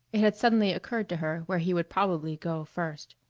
it had suddenly occurred to her where he would probably go first.